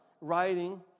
writing